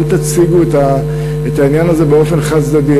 אל תציגו את העניין הזה באופן חד-צדדי.